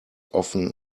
often